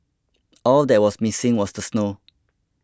all that was missing was the snow